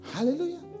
Hallelujah